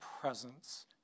presence